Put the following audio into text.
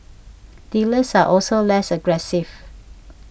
dealers are also less aggressive